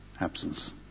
absence